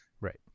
Right